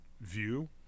view